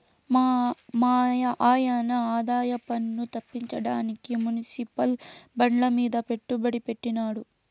మాయన్న ఆదాయపన్ను తప్పించడానికి మునిసిపల్ బాండ్లమీద పెట్టుబడి పెట్టినాడు